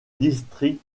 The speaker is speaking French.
district